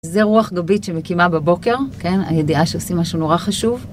זה רוח גבית שמקימה בבוקר, כן? הידיעה שעושים משהו נורא חשוב.